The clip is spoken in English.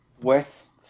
West